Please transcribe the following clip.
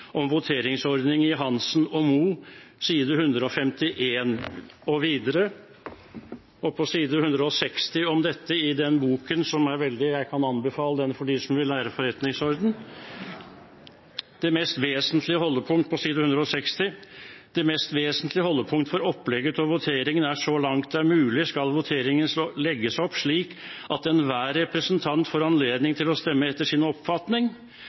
om voteringsordningen i Hansen og Mo s. 151 flg.» Og på side 160 i boken til Guttorm Hansen og Erik Mo, som jeg kan anbefale for dem som ønsker å lære om forretningsordenen, kan vi lese: «Kanskje det mest vesentlige holdepunkt for opplegget av voteringen er at, så langt det er mulig, skal voteringen legges opp slik at enhver representant får anledning til å stemme etter sin oppfatning,